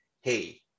hey